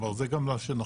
כלומר זה מה שנכון,